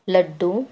laddu